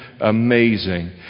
amazing